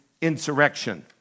insurrection